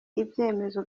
ibyemezo